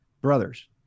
brothers